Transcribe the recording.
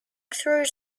through